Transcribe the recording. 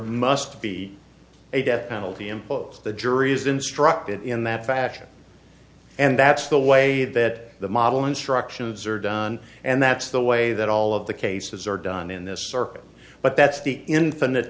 must be a death penalty imposed the jury is instructed in that fashion and that's the way that the model instructions are done and that's the way that all of the cases are done in this circuit but that's the infinite